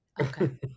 okay